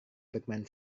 bermain